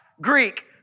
Greek